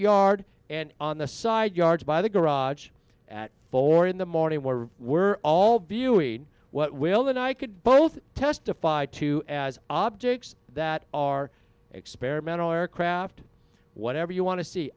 yard and on the side yard by the garage at four in the morning where we're all viewing what wilbon i could both testify to as objects that are experimental aircraft whatever you want to see